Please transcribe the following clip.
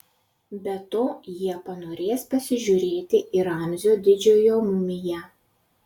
be to jie panorės pasižiūrėti į ramzio didžiojo mumiją